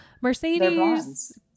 Mercedes